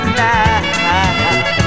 now